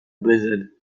blizzard